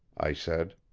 i said.